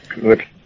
Good